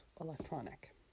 electronic